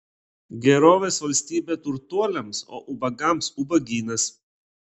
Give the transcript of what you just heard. gerovės valstybė turtuoliams o ubagams ubagynas